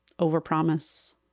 overpromise